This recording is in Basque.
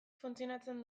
funtzionatzen